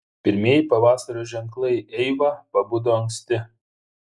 pirmieji pavasario ženklai eiva pabudo anksti